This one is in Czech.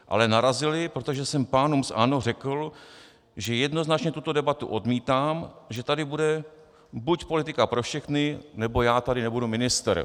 Ale narazili, protože jsem pánům z ANO řekl, že jednoznačně tuto debatu odmítám, že tady bude buď politika pro všechny, nebo já tady nebudu ministr.